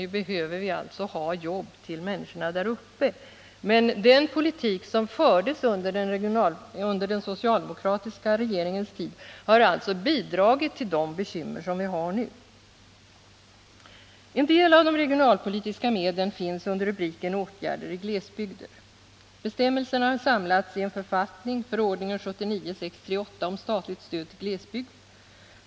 Vi behöver alltså arbete för människorna där uppe. Men den politik som fördes under den socialdemokratiska regeringens tid har alltså bidragit till de bekymmer som vi har nu. En del av de regionalpolitiska medlen finns under rubriken Åtgärder i glesbygder. Bestämmelserna har samlats i en författning, förordningen om statligt stöd till glesbygd.